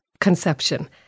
conception